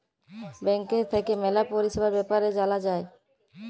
ব্যাংকের থাক্যে ম্যালা পরিষেবার বেপার জালা যায়